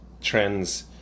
trends